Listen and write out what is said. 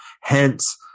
Hence